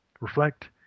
reflect